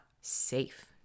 safe